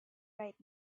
right